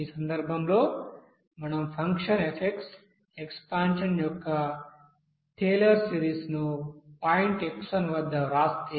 ఈ సందర్భంలో మనం ఫంక్షన్ f ఎక్సపాన్షన్ యొక్క టేలర్ సిరీస్ను పాయింట్ x1 వద్ద వ్రాస్తే